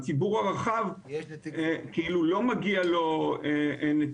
הציבור הרחב, כאילו לא מגיע לו נציגים.